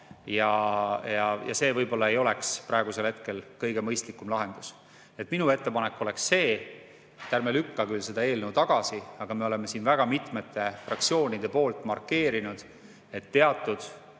Ja see võib-olla ei oleks praegusel hetkel kõige mõistlikum lahendus. Minu ettepanek oleks see, et ärme lükkame seda eelnõu tagasi. Aga meil on siin väga mitmed fraktsioonid markeerinud, et teatud